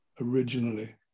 originally